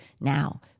Now